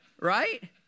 Right